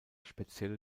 spezielle